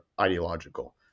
ideological